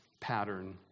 pattern